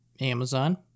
Amazon